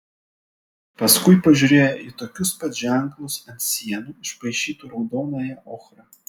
paskui pažiūrėjo į tokius pat ženklus ant sienų išpaišytų raudonąja ochra